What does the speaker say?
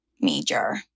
major